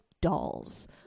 dolls